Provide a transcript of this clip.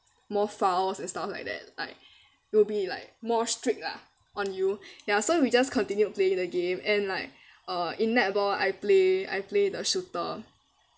more fouls and stuff like that like it will be like more strict lah on you ya so we just continued playing the game and like uh in netball I play I play the shooter